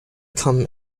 come